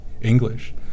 English